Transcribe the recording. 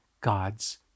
God's